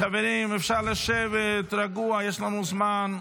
חברים, אפשר לשבת, רגוע, יש לנו זמן.